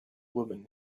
woman